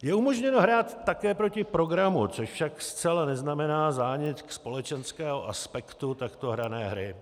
Je umožněno hrát také proti programu, což však zcela neznamená zánik společenského aspektu takto hrané hry.